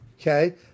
Okay